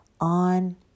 on